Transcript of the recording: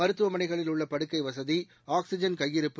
மருத்துவமனைகளில் உள்ள படுக்கை வசதி ஆக்சிஜன் கையிருப்பு